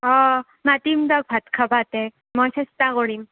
অঁ মাতিম দিয়ক ভাত খাৱাতে মই চেষ্টা কৰিম